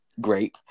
great